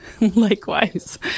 Likewise